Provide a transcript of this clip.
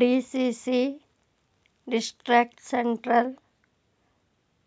DCC district central